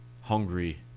hungry